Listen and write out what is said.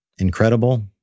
incredible